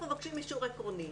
מבקשים אישור עקרוני.